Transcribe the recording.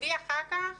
מצידי אחר כך